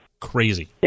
Crazy